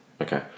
Okay